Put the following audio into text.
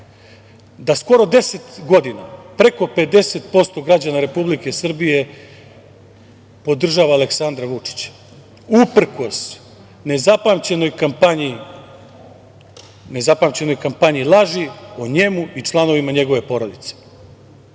da skoro 10 godina preko 50% građana Republike Srbije podržava Aleksandra Vučića, uprkos nezapamćenoj kampanji laži o njemu i članovima njegove porodice.